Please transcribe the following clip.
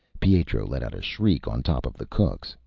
pietro let out a shriek on top of the cook's.